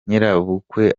nyirabukwe